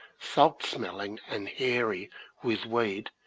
salt-smelling and hairy with weed,